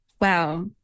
Wow